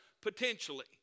potentially